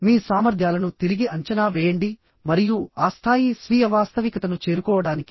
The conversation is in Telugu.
మీ సామర్థ్యాలను తిరిగి అంచనా వేయండి మరియు ఆ స్థాయి స్వీయ వాస్తవికతను చేరుకోవడానికి